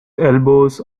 elbows